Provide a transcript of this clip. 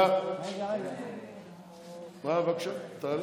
בבקשה, תעלה.